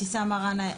אבתיסאם מרעאנה,